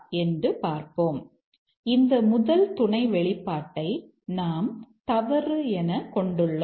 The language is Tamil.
என்று பார்ப்போம் இந்த முதல் துணை வெளிப்பாட்டை நாம் தவறு என கொண்டுள்ளோம்